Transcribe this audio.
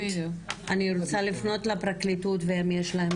אני רוצה לפנות לפרקליטות ויש להם